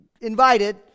invited